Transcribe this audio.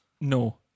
No